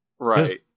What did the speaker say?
Right